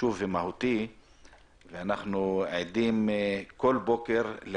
חשוב ומהותי ואנחנו עדים כל בוקר וערב